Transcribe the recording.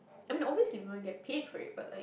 I mean obviously we want to get paid for it but like